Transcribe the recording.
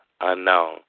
unknown